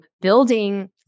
building